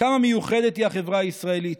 כמה מיוחדת היא החברה הישראלית,